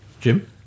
Jim